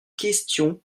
question